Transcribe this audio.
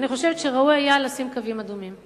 אני חושבת שראוי היה לשים קווים אדומים.